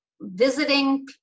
visiting